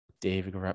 David